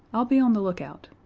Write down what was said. i'll be on the lookout.